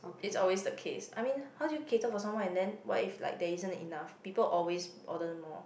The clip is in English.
it's always the case I mean how do you cater for someone and then what if there isn't enough people always order more